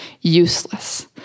useless